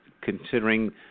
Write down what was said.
considering